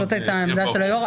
זאת הייתה העמדה של היו"ר.